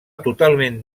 totalment